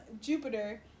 Jupiter